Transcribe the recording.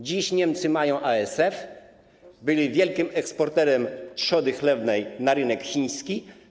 Dziś Niemcy mają ASF, byli wielkim eksportem trzody chlewnej na rynek chiński.